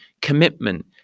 commitment